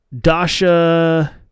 Dasha